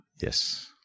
Yes